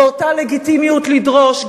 ואותה לגיטימיות לדרוש,